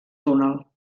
túnel